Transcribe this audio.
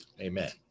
amen